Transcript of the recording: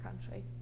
country